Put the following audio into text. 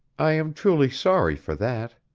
i am truly sorry for that.